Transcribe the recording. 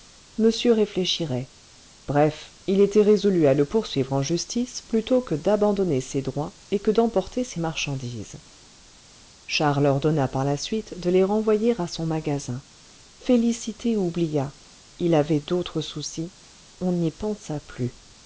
monsieur réfléchirait bref il était résolu à le poursuivre en justice plutôt que d'abandonner ses droits et que d'emporter ses marchandises charles ordonna par la suite de les renvoyer à son magasin félicité oublia il avait d'autres soucis on n'y pensa plus